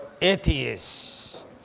atheists